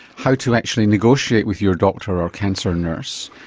how to actually negotiate with your doctor or cancer nurse,